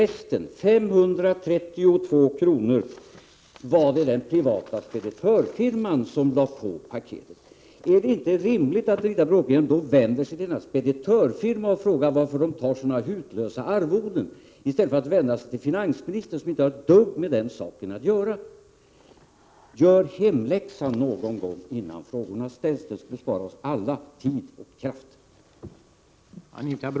Resten, 532 kr., var vad den privata speditörfirman lade på paketet. Är det inte rimligt att Anita Bråkenhielm då vänder sig till denna speditörfirma och frågar varför den tar ut sådana hutlösa arvoden i stället för att vända sig till finansministern, som inte har ett dugg med den saken att göra? Gör hemläxan någon gång innan frågorna ställs! Det skulle bespara oss alla tid och krafter.